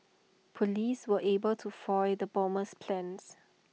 Police were able to foil the bomber's plans